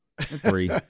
three